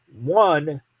one